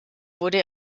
wurde